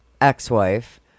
ex-wife